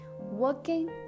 Working